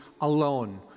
alone